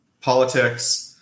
politics